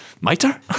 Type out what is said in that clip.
miter